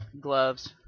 gloves